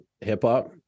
hip-hop